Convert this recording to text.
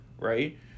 Right